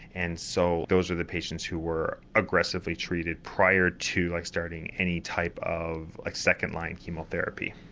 and so those were the patients who were aggressively treated prior to like starting any type of like second line chemotherapy.